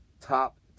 top